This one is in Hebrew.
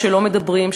נושא שלא מדברים עליו,